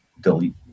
delete